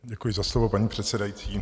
Děkuji za slovo, paní předsedající.